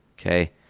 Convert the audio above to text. Okay